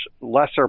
lesser